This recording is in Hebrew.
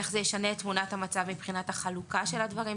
ואיך זה ישנה את תמונת המצב מבחינת החלוקה של הדברים?